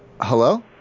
Hello